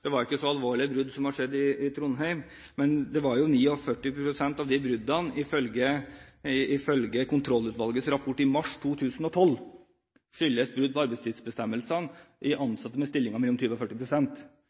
ikke var så alvorlige brudd som hadde skjedd i Trondheim. Men 49 pst., ifølge kontrollutvalgets rapport i mars 2012, skyldes brudd på arbeidstidsbestemmelsene for ansatte i